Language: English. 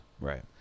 Right